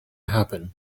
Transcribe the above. happen